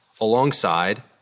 alongside